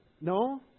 No